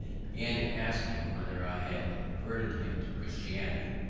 began to ask him whether i had converted him to christianity,